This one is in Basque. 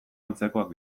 antzekoak